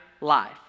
life